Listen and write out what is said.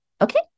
Okay